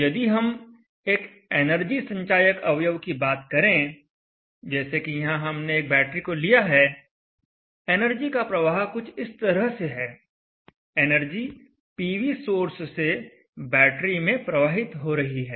तो यदि हम एक एनर्जी संचायक अवयव की बात करें जैसे कि यहां हमने एक बैटरी को लिया है एनर्जी का प्रवाह कुछ इस तरह से है एनर्जी पीवी सोर्स से बैटरी में प्रवाहित हो रही है